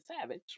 Savage